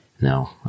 No